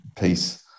peace